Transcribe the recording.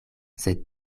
sed